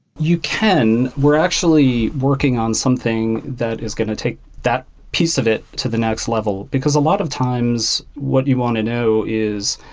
you can. we're actually working on something that is going to take that piece of it to the next level. because a lot of times what you want to know is,